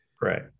Right